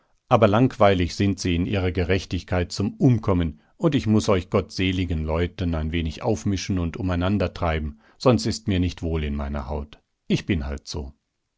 aber langweilig sind sie in ihrer gerechtigkeit zum umkommen und ich muß euch gottseeligen leute ein wenig aufmischen und umeinandertreiben sonst ist mir nicht wohl in meiner haut ich bin halt so